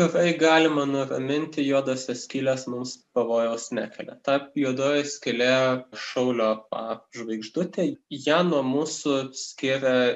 tikrai galima nuraminti juodosios skylės mums pavojaus nekelia ta juodoji skylė šaulio a žvaigždutė ją nuo mūsų skiria